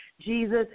Jesus